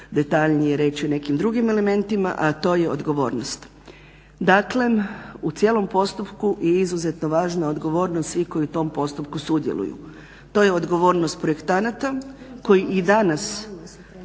detaljnije reći u nekim drugim elementima a to je odgovornost. Dakle, u cijelom postupku je izuzetno važna odgovornost svih koji u tom postupku sudjeluju. To je odgovornost projektanata koji i danas